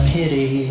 pity